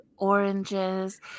oranges